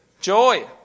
joy